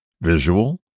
visual